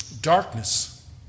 Darkness